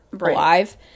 alive